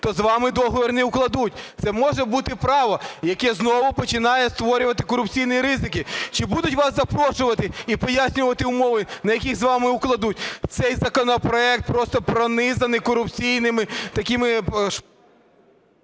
то з вами договір не укладуть. Це може бути право, яке знову починає створювати корупційні ризики. Чи будуть вас запрошувати і пояснювати умови, на яких з вами укладуть? Цей законопроект просто пронизаний корупційними такими...